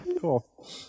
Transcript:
cool